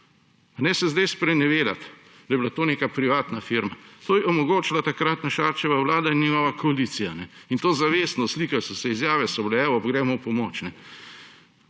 ne se zdaj sprenevedati, da je bila to neka privatna firma. To je omogočila takratna Šarčeva vlada in njena koalicija. In to zavestno, slikali so se, izjave so bile, evo, gremo v pomoč.